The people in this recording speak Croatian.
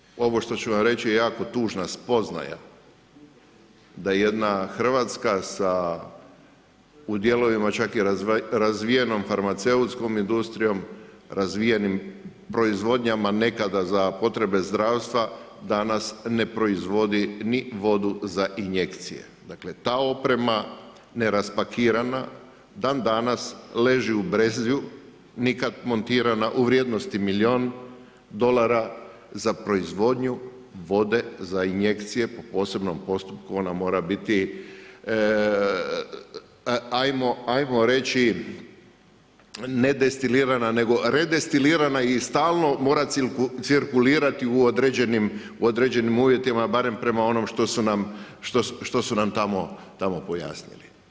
Za nešto što je, ovo što ću vam reći je jako tužna spoznaja, da jedna Hrvatska sa, u dijelovima čak i razvijenom farmaceutskom industrijom, razvijenim proizvodnjama nekada za potrebe zdravstva, danas ne proizvodi ni vodu za injekcije, dakle ta oprema, neraspakirana, dan danas leži u Brezju, nikad montirana u vrijednosti milijun dolara za proizvodnju vode za injekcije po posebnom postupku ona mora biti, ajmo reći ne destilirana, nego redestilirana i stalno mora cirkulirati u određenim uvjetima, barem po onom što su nam tamo pojasnili.